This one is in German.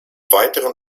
weiteren